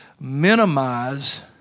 minimize